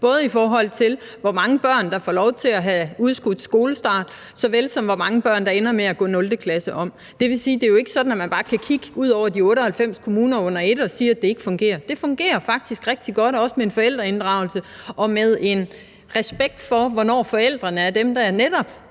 både i forhold til hvor mange børn der får lov til at få udskudt skolestart og hvor mange børn der ender med at gå 0. klasse om. Og det vil sige, at det jo ikke er sådan, at man bare kan kigge ud over de 98 kommuner under et og sige, at det ikke fungerer. Det fungerer faktisk rigtig godt nogle steder, også med en forældreinddragelse og med en respekt for, hvornår forældrene er dem, der netop